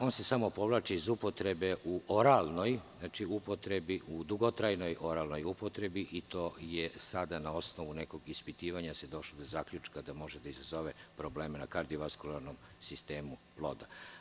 On se samo povlači iz upotrebe u oralnoj upotrebi dugotrajnoj i sada na osnovu ispitivanja se došlo do zaključka da može da izazove probleme na kardiovaskularnom sistemu ploda.